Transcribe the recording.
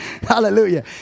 Hallelujah